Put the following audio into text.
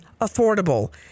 affordable